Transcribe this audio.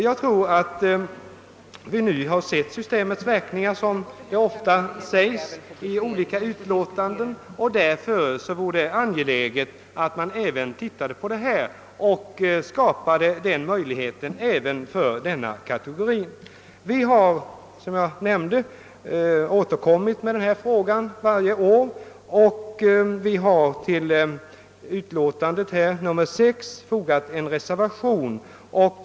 Jag anser att vi nu sett systemets verkningar — som det ofta sägs i olika utlåtanden — och att det därför vore angeläget att undersöka denna fråga och söka skapa ökad valfrihet för denna kategori. Som jag nämnde har vi återkommit i denna fråga varje år, och vi har i år till utlåtandet fogat en reservation.